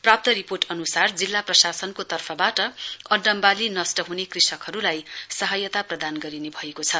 प्राप्त रिपोर्ट अनुसार जिल्ला प्रशासनको तर्फबाट अन्नबाली नष्ट हुने कृषकहरूलाई सहायता प्रदान गरिने भएको छ